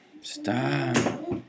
Stop